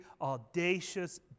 audacious